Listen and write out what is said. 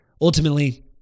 Ultimately